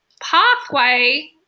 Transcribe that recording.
pathway